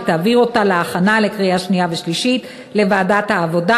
ותעביר אותה להכנה לקריאה שנייה ושלישית לוועדת העבודה,